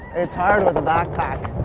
it's harder with a backpack.